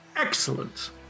Excellent